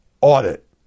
audit